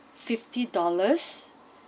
fifty dollars